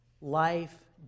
life